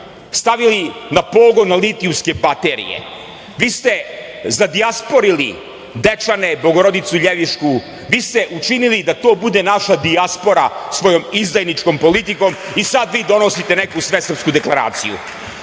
stavili na pogon na litijumske baterije. Vi ste zadijasporili Dečane, Bogorodicu Ljevišćku, vi ste učinili da to bude naša dijaspora svojom izdajničkom politikom i sada vi donosite neku Svesrpsku deklaraciju. Naposletku,